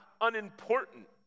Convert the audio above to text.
unimportant